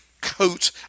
coat